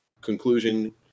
conclusion